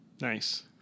Nice